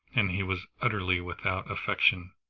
and he was utterly without affectation.